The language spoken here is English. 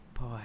boy